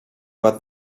but